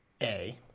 -A